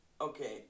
okay